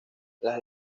las